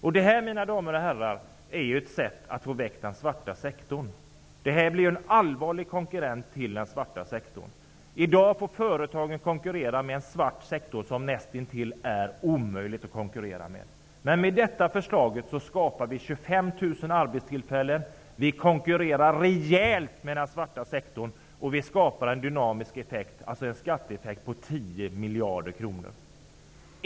Och det här, mina damer och herrar, är ett sätt att få bort den svarta sektorn. Detta blir en allvarlig konkurrent till den svarta sektorn. I dag konkurrerar företagen med en svart sektor som näst intill är omöjlig att konkurrera med. Men med detta förslag skapas 25 000 arbetstillfällen. Den svarta sektorn får rejäl konkurrens, samtidigt som den dynamiska effekten -- dvs. skatteeffekten -- blir 10 miljarder kronor.